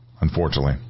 unfortunately